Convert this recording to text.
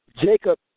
Jacob